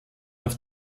auf